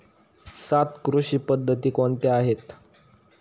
सात कृषी पद्धती कोणत्या आहेत?